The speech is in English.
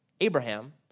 Abraham